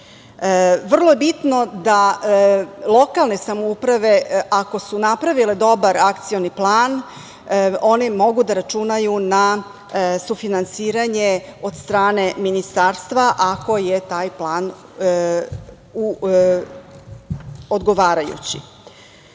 Vrlo je bitno da lokalne samouprave ako su napravile dobar akcioni plan, one mogu da računaju na sufinansiranje od strane Ministarstva ako je taj plan odgovarajući.